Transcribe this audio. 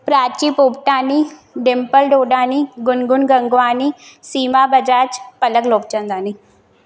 Prachi Popatani Dimple Dodani Gungun Gangwani Seema Bajaj Palak Lokchandani